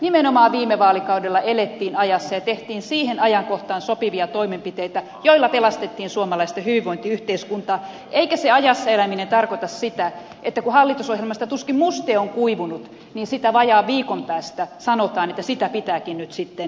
nimenomaan viime vaalikaudella elettiin ajassa ja tehtiin siihen ajankohtaan sopivia toimenpiteitä joilla pelastettiin suomalaista hyvinvointiyhteiskuntaa eikä se ajassa eläminen tarkoita sitä että kun hallitusohjelmasta tuskin muste on kuivunut niin siitä vajaa viikon päästä sanotaan että sitä pitääkin nyt sitten muuttaa